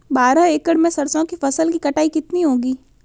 बारह एकड़ में सरसों की फसल की कटाई कितनी होगी?